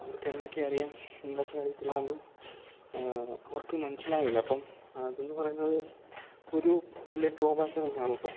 അവർക്കെന്തൊക്കെ അറിയാം എന്തൊക്കെ അറിയത്തില്ലയെന്നത് അവർക്ക് മനസ്സിലാകില്ല അപ്പം അതെന്നു പറയുന്നത് ഒരു വലിയ ഡ്രോബേക്ക് തന്നെയാണിപ്പോൾ